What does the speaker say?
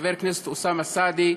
חבר הכנסת אוסאמה סעדי.